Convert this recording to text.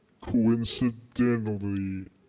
Coincidentally